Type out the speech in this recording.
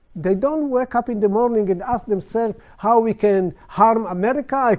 they don't wake up in the morning and ask themselves how we can harm america,